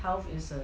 health is a